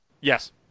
Yes